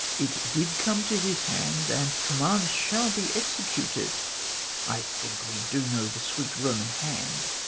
it did come to his hands, and commands shall be executed i think we do know the sweet roman hand.